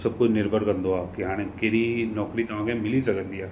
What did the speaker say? सभु कुझु निर्भर कंदो आहे कि हाणे कहिड़ी नौकिरी तव्हांखे मिली सघंदी आहे